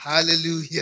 Hallelujah